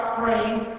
praying